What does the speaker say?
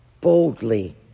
Boldly